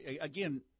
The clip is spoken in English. again